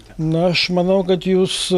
na aš manau kad jūs